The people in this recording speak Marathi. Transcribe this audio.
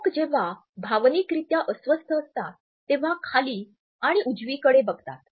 लोक जेव्हा भावनिकरित्या अस्वस्थ असतात तेव्हा खाली आणि उजवीकडे बघतात